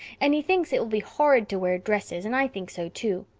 and he thinks it will be horrid to wear dresses and i think so too.